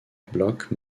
block